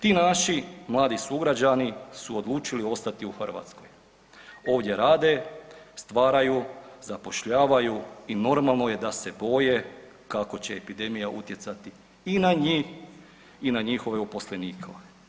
Ti naši mladi sugrađani su odlučili ostati u Hrvatskoj, ovdje rade, stvaraju, zapošljavaju i normalno je da se boje kako će epidemija utjecati i na njih i na njihove uposlenike.